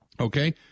Okay